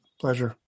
Pleasure